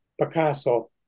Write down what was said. Picasso